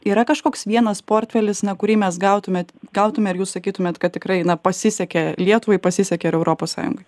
yra kažkoks vienas portfelis kurį mes gautume gautume ir jūs sakytumėt kad tikrai na pasisekė lietuvai pasisekė ireuropos sąjungai